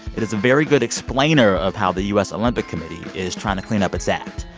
it is a very good explainer of how the u s. olympic committee is trying to clean up its act.